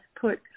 put